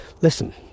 listen